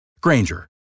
Granger